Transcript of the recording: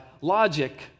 logic